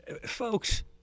folks